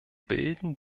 bilden